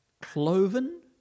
Cloven